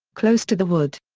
close to the wood.